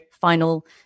final